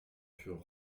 furent